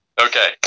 Okay